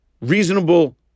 reasonable